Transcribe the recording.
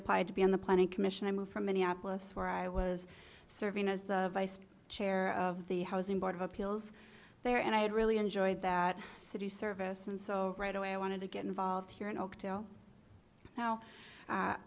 applied to be in the planning commission i moved from minneapolis where i was serving as the vice chair of the housing board of appeals there and i had really enjoyed that city service and so right away i wanted to get involved here in oakdale how